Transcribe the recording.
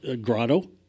Grotto